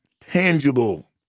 tangible